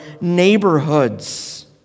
neighborhoods